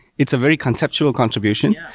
it's a very conceptual contribution,